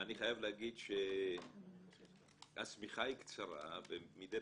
אני חייב להגיד שהשמיכה היא קצרה ומדי